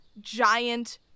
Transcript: giant